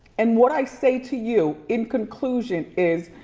and what i say to you in conclusion is,